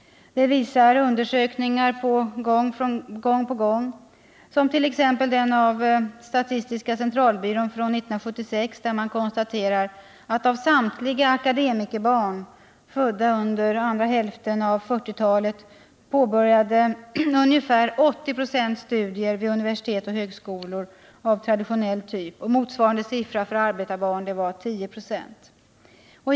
Detta visar undersökningar gång på gång, t.ex. den av statistiska centralbyrån från 1976, där man konstaterar: Av samtliga akademikerbarn födda under andra hälften av 1940-talet påbörjade uppskattningsvis ca 8096 studier vid universitet och högskolor . Motsvarande siffra för arbetarbarn är ca 10 96.